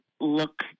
look